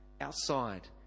outside